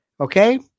Okay